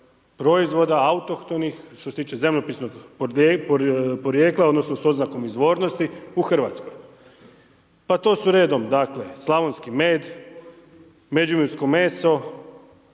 proizvoda, autohtonih, što se tiče zemljopisnog podrijetla, odnosno s oznakom izvornosti u Hrvatskoj. Pa to su redom, dakle, slavonski med, Međimursko meso